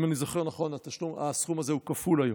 אם אני זוכר נכון, הסכום הזה הוא כפול היום.